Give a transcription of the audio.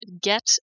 get